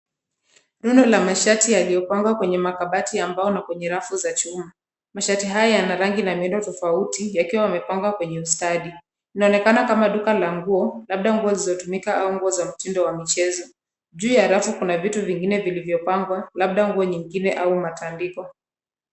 Rundo la mashati yaliyopangwa kwenye makabati ya mbao na kwenye rafu za chuma. Mashati haya yana rangi na miundo tofauti yakiwa yamepangwa kwenye ustadi. Inaonekana kama duka la nguo, labda nguo zilizotumika au nguo za mtindo wa michezo. Juu ya rafu kuna vitu vingine vilivyopangwa, labda nguo nyingine au matandiko.